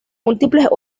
múltiples